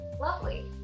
lovely